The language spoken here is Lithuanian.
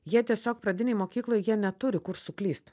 jie tiesiog pradinėj mokykloj jie neturi kur suklyst